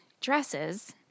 dresses